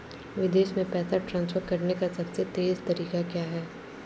विदेश में पैसा ट्रांसफर करने का सबसे तेज़ तरीका क्या है?